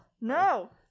No